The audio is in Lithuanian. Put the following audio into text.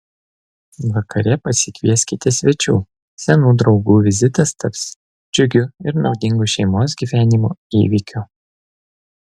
vakare pasikvieskite svečių senų draugų vizitas taps džiugiu ir naudingu šeimos gyvenimo įvykiu